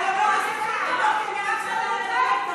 אני חצופה ידועה.